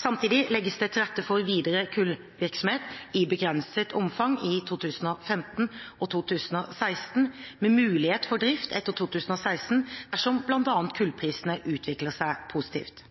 Samtidig legges det til rette for videre kullvirksomhet i begrenset omfang i 2015 og 2016, med mulighet for drift etter 2016 dersom bl.a. kullprisene utvikler seg positivt.